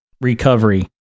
recovery